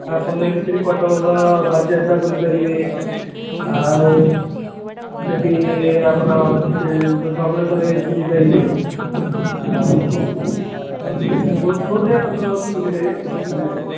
ଆପଣ ସେଠି କଟକ ବାଲିଯାତ୍ରା ବୁଲିପାରିବେ ଆଉ ସେଠି ଆମର ଅଛି ଧବଳେଶ୍ୱର ବୁଲି ପାରିବେ ଆଉ ବହୁତ ବହୁତ ଜାଗା କଟକରେ ଅଛି ବୁଲି ପାରିବେ